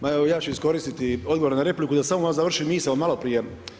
Pa evo ja ću iskoristiti odgovor na repliku da samo završim misao na malo prije.